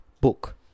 book